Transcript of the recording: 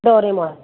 doraemon